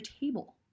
table